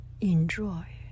Enjoy